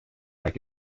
like